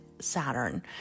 Saturn